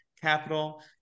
capital